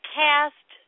cast